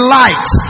light